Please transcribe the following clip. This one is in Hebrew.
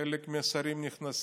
חלק מהשרים נכנסים,